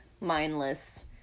mindless